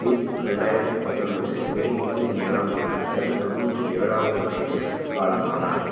Smith இரண்டாயிரத்தி பத்தொன்பது மே இருபத்தி ஏழாம் தேதி தன் தொண்ணூற்றி ஏழாவது வயதில் காலமானார்